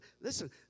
Listen